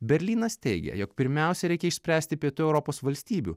berlynas teigia jog pirmiausia reikia išspręsti pietų europos valstybių